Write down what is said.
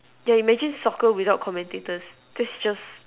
yeah imagine soccer without commentators that's just